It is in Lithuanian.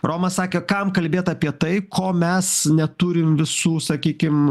romas sakė kam kalbėt apie tai ko mes neturim visų sakykim